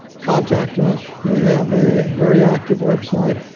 contact us. we have a very active website,